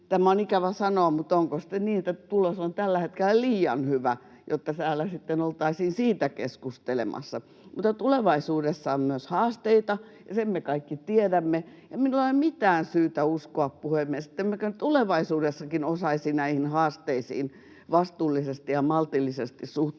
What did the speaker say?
tämä on ikävä sanoa, mutta onko sitten niin — tulos on tällä hetkellä liian hyvä, jotta täällä sitten oltaisiin siitä keskustelemassa. Tulevaisuudessa on myös haasteita, ja sen me kaikki tiedämme. Minulla ei ole mitään syytä uskoa, puhemies, ettemmekö me tulevaisuudessakin osaisi näihin haasteisiin vastuullisesti ja maltillisesti suhtautua